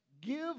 give